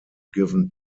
given